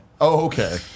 okay